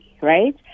right